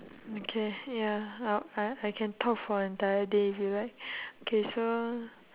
okay ya well I I can talk for an entire day here [what] K so